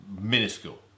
minuscule